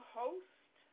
host